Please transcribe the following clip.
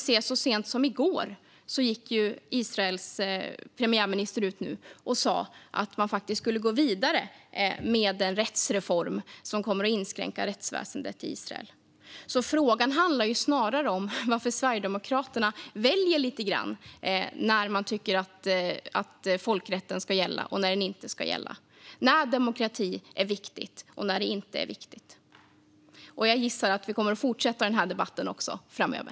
Så sent som i går gick Israels premiärminister ut och sa att man faktiskt skulle gå vidare med en rättsreform som kommer att inskränka rättsväsendet i Israel. Frågan handlar snarare om varför Sverigedemokraterna lite grann väljer när man tycker att folkrätten ska gälla och när man tycker att den inte ska gälla, när demokrati är viktigt och när demokrati inte är viktigt. Jag gissar att vi kommer att fortsätta denna debatt framöver.